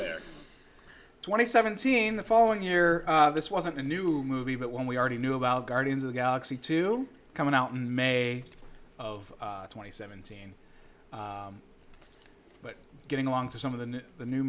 there twenty seventeen the following year this wasn't a new movie but one we already knew about guardians of the galaxy two coming out in may of twenty seventeen but getting along to some of the the new